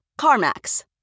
CarMax